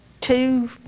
two